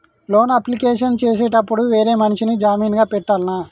Loan application చేసేటప్పుడు వేరే మనిషిని జామీన్ గా పెట్టాల్నా?